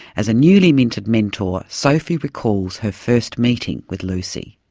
as a newly minted mentor, sophie recalls her first meeting with lucy.